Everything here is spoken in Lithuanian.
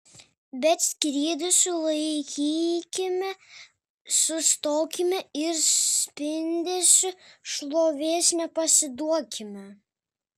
bet skrydį sulaikykime sustokime ir spindesiui šlovės nepasiduokime